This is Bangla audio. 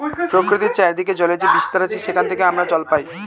প্রকৃতির চারিদিকে জলের যে বিস্তার আছে সেখান থেকে আমরা জল পাই